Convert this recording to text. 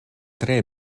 tre